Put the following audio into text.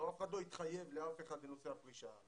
אף אחד לא התחייב לאף אחד בנושא הפרישה,